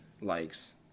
likes